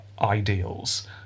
ideals